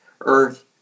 earth